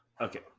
Okay